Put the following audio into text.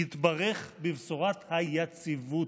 יתברך בבשורת היציבות.